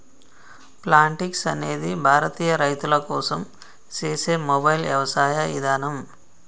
Plantix అనేది భారతీయ రైతుల కోసం సేసే మొబైల్ యవసాయ ఇదానం